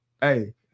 Hey